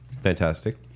fantastic